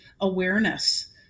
awareness